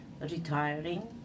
retiring